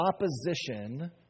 opposition